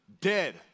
dead